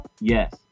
yes